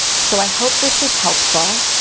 so, i hope this was helpful.